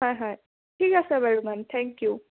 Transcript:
হয় হয় ঠিক আছে বাৰু মেম থেংক ইউ